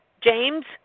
James